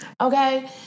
Okay